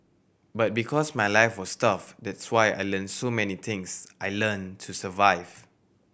but because my life was tough that's why I learnt so many things I learnt to survive